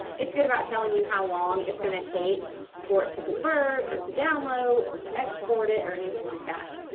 it's good about telling you how long it's gonna take for it to convert, or to download, or to export it, or anything like that.